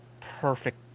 perfect